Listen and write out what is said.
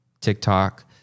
TikTok